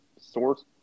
source